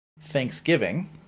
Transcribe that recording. Thanksgiving